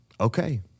Okay